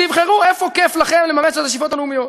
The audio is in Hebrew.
תבחרו איפה כיף לכם לממש את השאיפות הלאומיות.